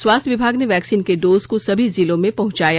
स्वास्थ विभाग ने वैक्सीन के डोज को सभी जिलों में पहुंचाया